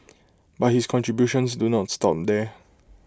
but his contributions do not stop there